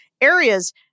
areas